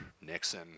Nixon